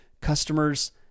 customers